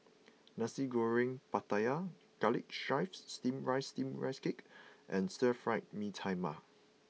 Nasi Goreng Pattaya Garlic Chives steamed rice steamed rice cake and stir fried Mee Tai Mak